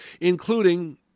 including